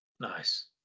Nice